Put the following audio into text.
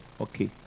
okay